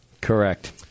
Correct